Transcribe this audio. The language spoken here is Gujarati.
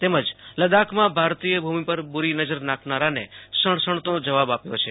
તેમજ લદાખમાં ભારતિય ભૂમિ પર બૂરી નજર નાખનારાને સુણસણતો જેવાબ મળ્યો છે